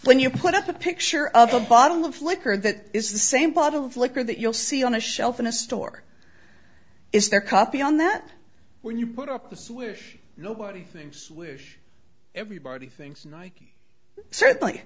when you put up a picture of a bottle of liquor that is the same bottle of liquor that you'll see on a shelf in a store is there coffee on that when you put up the swish nobody thinks everybody thinks nike certainly